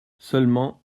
seulement